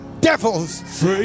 devils